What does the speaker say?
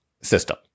system